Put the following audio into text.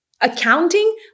Accounting